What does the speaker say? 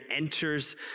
enters